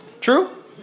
True